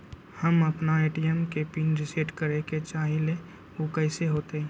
हम अपना ए.टी.एम के पिन रिसेट करे के चाहईले उ कईसे होतई?